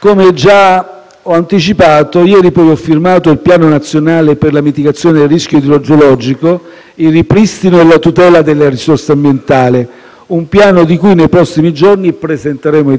Come già ho anticipato, ieri ho firmato il Piano nazionale per la mitigazione del rischio idrogeologico, il ripristino e la tutela della risorsa ambientale, un piano di cui nei prossimi giorni presenteremo